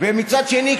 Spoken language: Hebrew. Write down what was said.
ומצד שני,